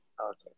Okay